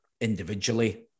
individually